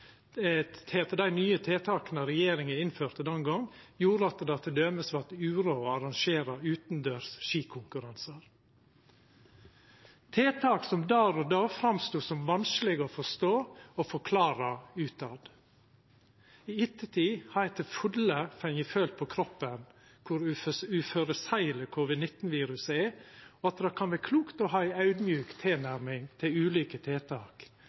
dei nye tiltaka regjeringa innførte den gongen, som gjorde at det t.d. vart uråd å arrangera utandørs skikonkurransar, tiltak som der og då framstod som vanskelege å forstå og forklara utetter. I ettertid har eg til fulle fått føla på kroppen kor lite føreseieleg covid-19-viruset er, og at det kan vera klokt å ha ei audmjuk tilnærming til ulike tiltak